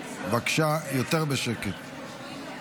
בבקשה יותר בשקט.